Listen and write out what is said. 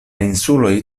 insuloj